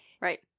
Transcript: Right